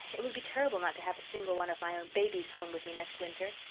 it would be terrible not to have a single one of my um babies home with me next winter.